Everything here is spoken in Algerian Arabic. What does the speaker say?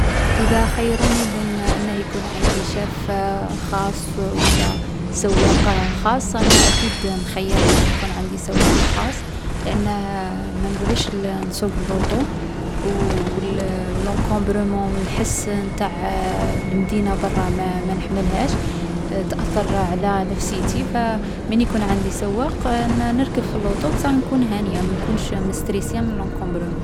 ﻿إذا خيروني بين أنه يكون عندي شاف خاص ولا سواق خاص، أنا أكيد نخيّر يكون عندي سواق خاص. لان ما نبغيش ل-نسوق اللوتو، و اللونكومبرومون و الحس نتاع المدينة برا ما-مانحملهاش. تأثر على نفسيتي فمين يكون عندي سواق ن-نركب في اللوتو بصح نكون هانية مانكونش مستريسية من اللونكومبرومون.